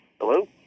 Hello